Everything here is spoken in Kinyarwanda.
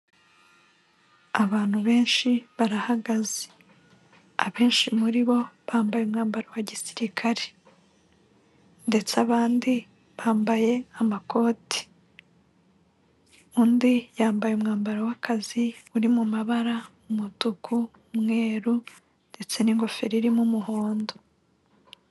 Abantu benshi barahagaze abenshi muri bo bambaye umwambaro wa gisirikare ndetse abandi bambaye amakoti, undi yambaye umwambaro w'akazi uri mu mabara umutuku, umweru ndetse n'ingofero irimo umuhondo.